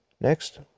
Next